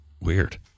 Weird